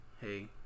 hey